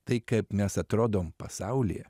tai kaip mes atrodom pasaulyje